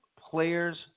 players